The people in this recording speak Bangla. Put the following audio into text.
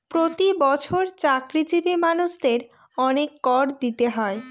প্রতি বছর চাকরিজীবী মানুষদের অনেক কর দিতে হয়